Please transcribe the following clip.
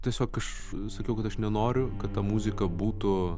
tiesiog aš sakiau kad aš nenoriu kad ta muzika būtų